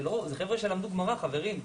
זה חבר'ה שלמדו גמרא, חברים.